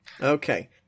Okay